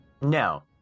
No